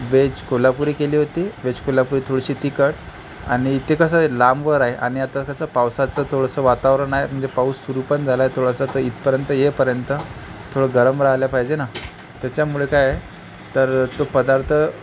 veg Kolhapuri केली होती veg Kolhapuri थोडीशी तिखट आणि इथे कसं आहे लांबवर आहे आणि आता कसं पावसाचं थोडंसं वातावरण आहे म्हणजे पाऊस सुरू पण झाला आहे थोडासा तर इथपर्यंत येईपर्यंत थोडं गरम राहिल्या पाहिजे ना त्याच्यामुळे काय आहे तर तो पदार्थ